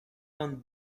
vingt